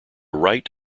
right